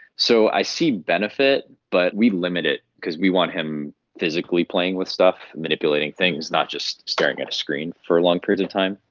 so i see benefit but we limit it because we want him physically playing with stuff, manipulating things, not just staring at a screen for long periods of time.